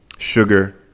Sugar